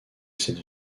cette